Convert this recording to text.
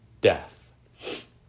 death